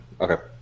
Okay